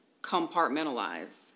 compartmentalize